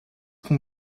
qu’on